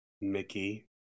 Mickey